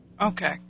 Okay